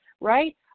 right